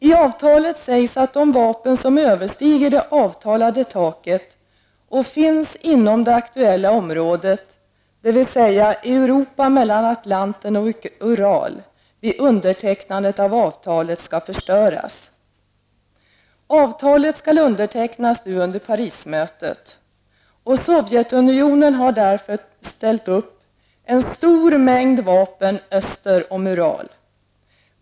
I avtalet sägs att de vapen som överstiger det avtalade taket och finns inom det aktuella området, dvs. Europa mellan Atlanten och Ural, vid undertecknandet av avtalet skall förstöras. Avtalet skall undertecknas nu under Parismötet. Sovjetunionen har därför ställt upp en stor mängd vapen öster om Ural.